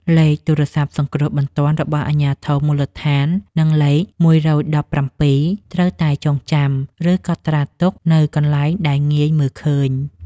លេខទូរស័ព្ទសង្គ្រោះបន្ទាន់របស់អាជ្ញាធរមូលដ្ឋាន និងលេខ១១៧ត្រូវតែចងចាំ ឬកត់ត្រាទុកនៅកន្លែងដែលងាយមើលឃើញ។